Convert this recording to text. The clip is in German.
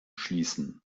schließen